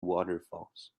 waterfalls